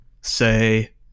say